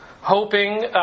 hoping